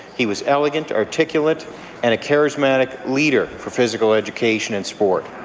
he was elegant, articulate and a charismatic leader for physical education in sport.